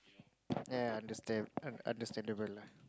ya understand err understandable lah